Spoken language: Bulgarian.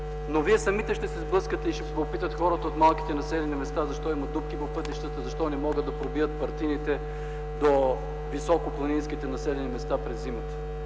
Но вие самите ще се сблъскате с това и ще ви питат хората от малките населени места защо има дупки по пътищата, защо не могат да пробият пъртини до високопланинските населени места през зимата.